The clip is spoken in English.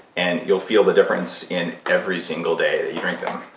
and you'll feel the difference in every single day that you drink them